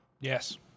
Yes